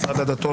משרד הדתות,